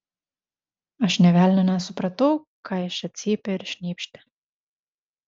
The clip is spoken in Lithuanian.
aš nė velnio nesupratau ką jis čia cypė ir šnypštė